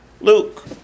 Luke